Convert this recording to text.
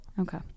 Okay